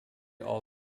all